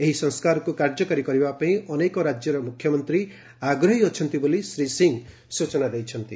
ଏହି ସଂସ୍କାରକୁ କାର୍ଯ୍ୟକାରୀ କରିବା ପାଇଁ ଅନେକ ରାଜ୍ୟର ମୁଖ୍ୟମନ୍ତ୍ରୀ ଆଗ୍ରହୀ ଅଛନ୍ତି ବୋଲି ଶ୍ରୀ ସିଂହ ସ୍ୱଚନା ଦେଇଛନ୍ତି